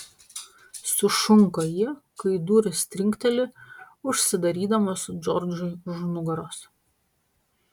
sušunka ji kai durys trinkteli užsidarydamos džordžui už nugaros